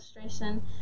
illustration